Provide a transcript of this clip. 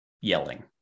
yelling